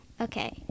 Okay